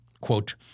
Quote